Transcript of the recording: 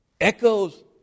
Echoes